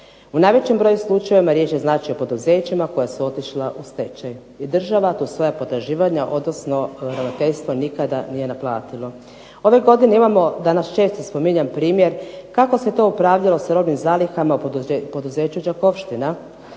U najvećem broju slučajeva riječ je znači o poduzećima koja su otišla u stečaj. I država tu svoja potraživanja odnosno ravnateljstvo nikada nije naplatilo. Ove godine imamo danas često spominjan primjer kako se to upravljalo sa robnim zalihama poduzeća Đakovština